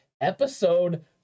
episode